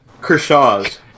kershaws